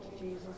Jesus